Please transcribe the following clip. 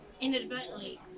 Inadvertently